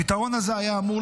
הפתרון הזה היה אמור